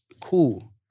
Cool